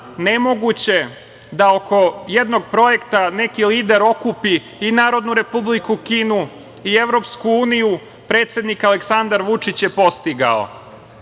nemoguće da oko jednog projekta jedan lider okupi i Narodnu republiku Kinu i EU, predsednik Aleksandar Vučić je postigao. Oko